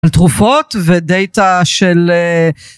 על תרופות ודאטה של